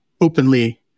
openly